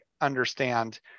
understand